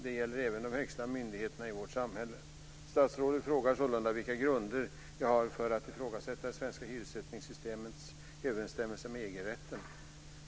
Det gäller även de högsta myndigheterna i vårt samhälle. Statsrådet frågar sålunda vilka grunder jag har för att ifrågasätta det svenska hyressättningssystemets överensstämmelse med EG-rätten.